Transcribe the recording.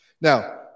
Now